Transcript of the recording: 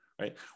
right